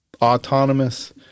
autonomous